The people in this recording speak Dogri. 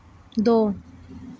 दो